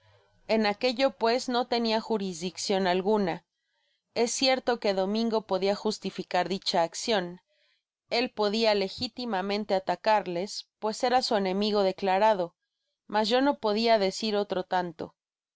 en aquello pues no tenia jurisdiccion alguna es cierto qoe domingo podia justificar dicha accion él podia legitimamente atacarles pues era su enemigo declarado mas yo no podia decir otro tanto